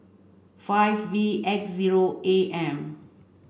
five V X zero A M